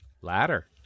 Ladder